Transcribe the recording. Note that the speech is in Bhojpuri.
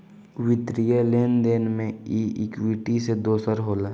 वित्तीय लेन देन मे ई इक्वीटी से दोसर होला